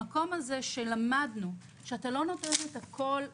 למדנו שאתה לא נותן הכול לכולם,